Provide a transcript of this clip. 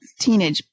teenage